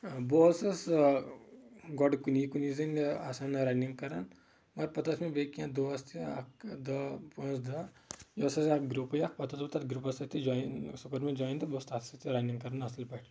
بہٕ اوسُس گۄڈٕ کُنی کُنی زٔنۍ آسن رننٛگ کران مگر پتہٕ ٲسۍ مےٚ بیٚیہِ کینٛہہ دوس تہِ اکھ دہ پانٛژھ دہ یہِ اوس اسہِ اکھ گروپٕے اکھ پتہٕ اوسُس بہٕ تتھ گروپس سۭتی جویِن سُہ کوٚر مےٚ جویِن تہٕ بہٕ اوسُس تتھ سۭتۍ رننٛگ کران اصل پٲٹھۍ